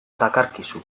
dakarkizu